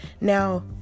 Now